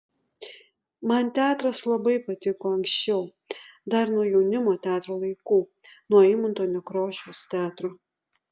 man teatras labai patiko anksčiau dar nuo jaunimo teatro laikų nuo eimunto nekrošiaus teatro